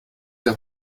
der